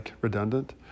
redundant